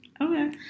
Okay